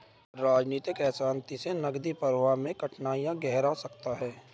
राजनीतिक अशांति से नकदी प्रवाह में कठिनाइयाँ गहरा सकता है